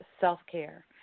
self-care